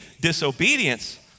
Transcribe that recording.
Disobedience